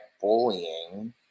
bullying